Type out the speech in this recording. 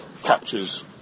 captures